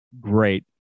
Great